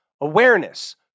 Awareness